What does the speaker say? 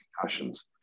concussions